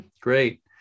great